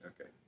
Okay